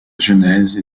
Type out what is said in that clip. genèse